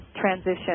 transition